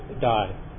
die